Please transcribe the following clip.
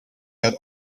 had